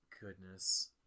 goodness